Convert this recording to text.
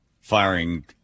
firing